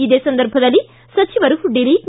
ಇದೇ ಸಂದರ್ಭದಲ್ಲಿ ಸಚಿವರು ಡಿಲಿಟ್